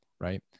right